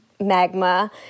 magma